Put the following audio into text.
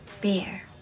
beer